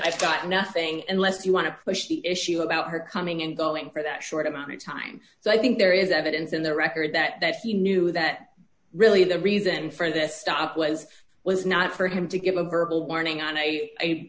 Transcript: i got nothing and less you want to push the issue about her coming and going for that short amount of time so i think there is evidence in the record that that she knew that really the reason for this stop was was not for him to give a verbal warning on a